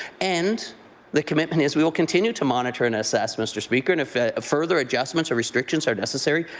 and the commitment is we will continue to monitor and assess, mr. speaker, and if further adjustments or restrictions are necessary,